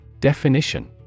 Definition